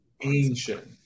ancient